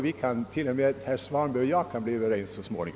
Då kanske till och med herr Svanberg och jag så småningom kan bli överens.